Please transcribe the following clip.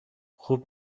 خوب